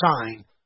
sign